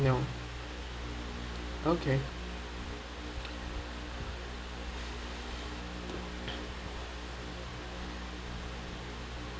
you know okay